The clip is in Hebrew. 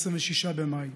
26 במאי,